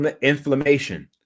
inflammation